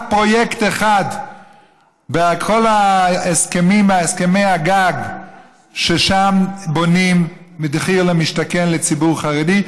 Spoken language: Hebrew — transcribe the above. פרויקט אחד בכל הסכמי הגג שבונים שם במחיר למשתכן לציבור חרדי,